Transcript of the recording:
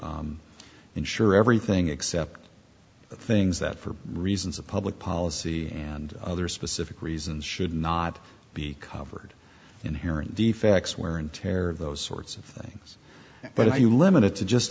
ensure everything except things that for reasons of public policy and other specific reasons should not be covered in here and the facts wear and tear those sorts of things but if you limit it to just